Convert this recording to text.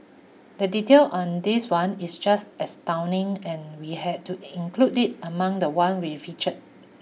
the detail on this one is just astounding and we had to include it among the one we featured